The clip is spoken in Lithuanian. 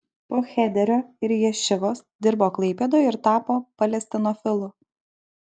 po chederio ir ješivos dirbo klaipėdoje ir tapo palestinofilu